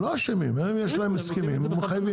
הם לא אשמים, יש להם הסכמים מחייבים.